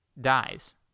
dies